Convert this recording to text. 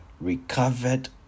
recovered